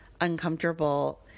uncomfortable